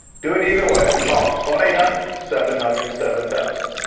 do it either way. call us one eight hundred seven hundred seven thousand.